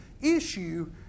issue